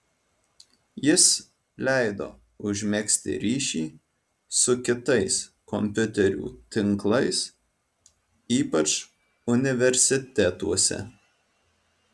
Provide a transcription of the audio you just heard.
jis leido užmegzti ryšį su kitais kompiuterių tinklais ypač universitetuose